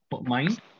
mind